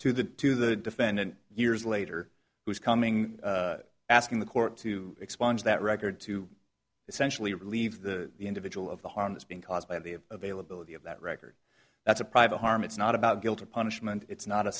to the to the defendant years later who's coming asking the court to expunge that record to essentially relieve the individual of the harm has been caused by the of availability of that record that's a private harm it's not about guilt or punishment it's not a